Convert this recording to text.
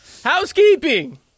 housekeeping